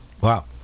Wow